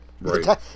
Right